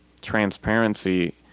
transparency